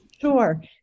Sure